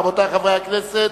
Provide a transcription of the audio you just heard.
רבותי חברי הכנסת,